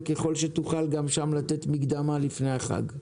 וככל שתוכל גם שם לתת מקדמה לפני החג?